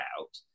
out